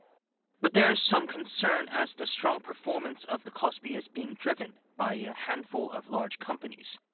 but there's some concern as the strong performance of the kospi is being driven by a handful of large companies.